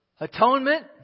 atonement